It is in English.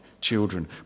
children